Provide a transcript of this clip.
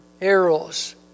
arrows